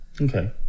Okay